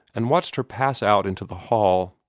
and watched her pass out into the hall,